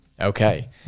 Okay